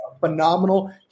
phenomenal